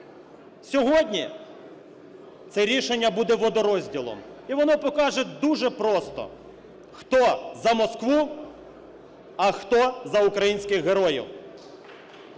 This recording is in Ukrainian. Сьогодні це рішення буде водорозділом, і воно покаже дуже просто, хто за Москву, а хто за українських героїв.